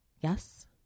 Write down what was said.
Yes